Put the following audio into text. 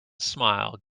smile